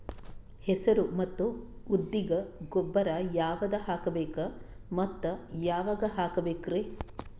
ಹೆಸರು ಮತ್ತು ಉದ್ದಿಗ ಗೊಬ್ಬರ ಯಾವದ ಹಾಕಬೇಕ ಮತ್ತ ಯಾವಾಗ ಹಾಕಬೇಕರಿ?